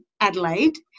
Adelaide